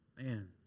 Man